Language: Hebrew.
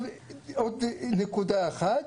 נקודה נוספת,